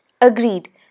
Agreed